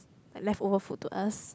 like leftover food to us